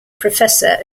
professor